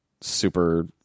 super